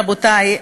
רבותי,